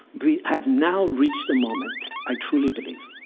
we have now reached the moment, i truly believe,